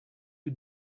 you